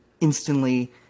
instantly